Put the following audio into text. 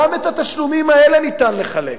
גם את התשלומים האלה ניתן לחלק.